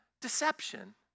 deception